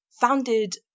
founded